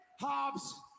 Hobbs